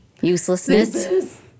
uselessness